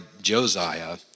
Josiah